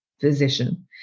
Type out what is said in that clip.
physician